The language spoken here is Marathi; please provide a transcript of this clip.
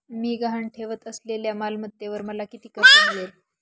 मी गहाण ठेवत असलेल्या मालमत्तेवर मला किती कर्ज मिळेल?